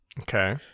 Okay